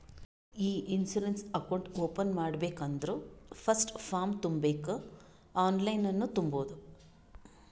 E insurance account open ಮಾಡ್ಬೇಕ ಅಂದುರ್ first form ತುಂಬಬೇಕ್ ಆನ್ಲೈನನ್ನು ತುಂಬೋದು